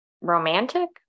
romantic